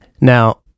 Now